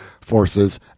Forces